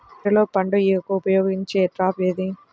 బీరలో పండు ఈగకు ఉపయోగించే ట్రాప్ ఏది?